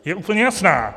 Je úplně jasná.